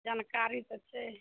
जानकारी तऽ छै